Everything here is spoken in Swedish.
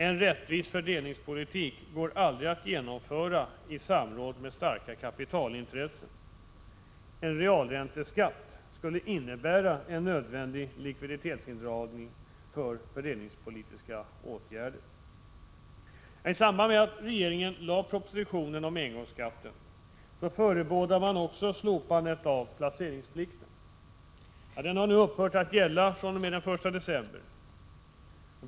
En rättvis fördelningspolitik går aldrig att genomföra i samråd med starka kapitalintressen. En realränteskatt skulle innebära en nödvändig likviditetsindragning för fördelningspolitiska åtgärder. I samband med att regeringen lade propositionen om engångsskatten förebådade man också slopandet av placeringsplikten. Den har nu upphört att gälla fr.o.m. den 1 december.